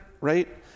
Right